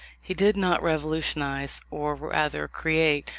he did not revolutionize, or rather create,